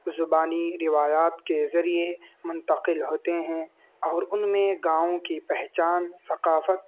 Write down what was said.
زبانی روایات کے ذریعے منتقل ہوتے ہیں اور ان میں گاؤں کی پہچان ثقافت